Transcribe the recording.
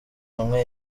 hamwe